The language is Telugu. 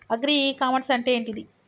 అగ్రి ఇ కామర్స్ అంటే ఏంటిది?